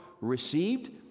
received